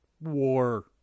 War